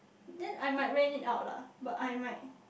then I might rent it out lah but I might